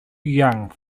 young